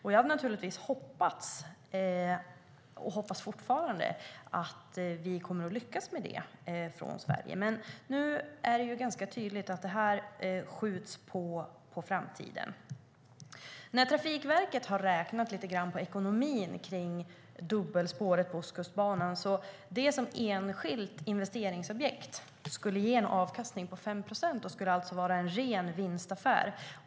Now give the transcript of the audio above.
Jag hade naturligtvis hoppats, och hoppas fortfarande, att vi kommer att lyckas med det i Sverige. Nu är det ganska tydligt att det här skjuts på framtiden. Trafikverket har räknat lite grann på ekonomin kring dubbelspåret på Ostkustbanan. Som enskilt investeringsobjekt skulle det ge en avkastning på 5 procent och skulle alltså vara en ren vinstaffär.